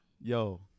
Yo-